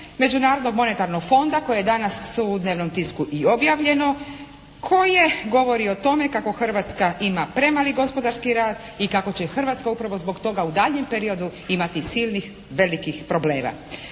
Međunarodnog monetarnog fonda koje je danas u dnevnom tisku i objavljeno. Koje govori o tome kako Hrvatska ima premali gospodarski rast i kako će Hrvatska upravo zbog toga u daljnjem periodu imati silnih velikih problema.